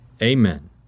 Amen